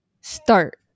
start